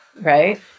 right